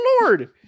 lord